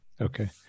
okay